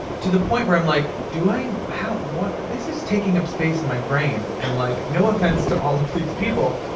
to the point where i'm like, do i how this is taking up space in my brain. and like, no offense to all of these people.